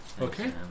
Okay